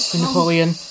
Napoleon